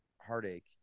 heartache